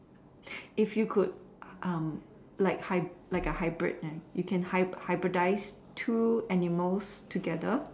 if you could um like hyb~ like a hybrid eh you could hyb~ hybridise two animals together